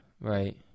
Right